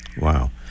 Wow